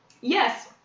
yes